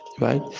right